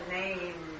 name